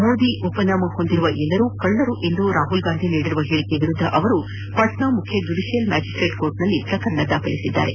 ಮೋದಿ ಉಪನಾಮ ಹೊಂದಿರುವ ಎಲ್ಲರೂ ಕಳ್ಳರು ಎಂದು ರಾಹುಲ್ ಗಾಂಧಿ ನೀಡಿರುವ ಹೇಳಿಕೆಯ ವಿರುದ್ದ ಅವರು ಪಟ್ನಾ ಮುಖ್ಯ ಜ್ಲೂಡಿಷಿಯಲ್ ಮ್ಲಾಜಿಸ್ನೇಟ್ ಕೋರ್ಟ್ನಲ್ಲಿ ಪ್ರಕರಣ ದಾಖಲಿಸಿದ್ದಾರೆ